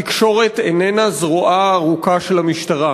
התקשורת איננה זרועה הארוכה של המשטרה.